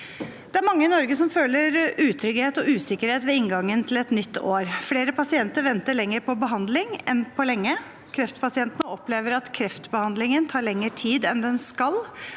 Det er mange i Norge som føler utrygghet og usikkerhet ved inngangen til et nytt år. Flere pasienter venter lenger på behandling enn på lenge. Kreftpasientene opplever at kreftbehandlingen tar lengre tid enn den skal,